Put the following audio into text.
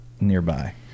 nearby